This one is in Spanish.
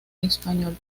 español